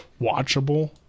watchable